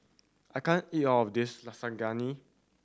I can't eat all of this Lasagne